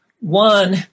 One